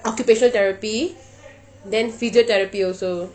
occupational therapy then physiotherapy also